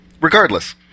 regardless